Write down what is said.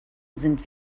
sind